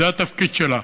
זה התפקיד שלה,